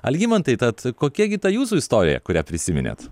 algimantai tad kokia gi ta jūsų istorija kurią prisiminėt